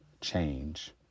change